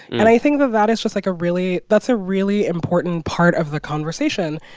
and i think that that is just, like, a really that's a really important part of the conversation.